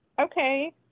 Okay